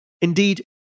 Indeed